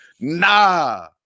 Nah